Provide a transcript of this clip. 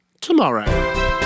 tomorrow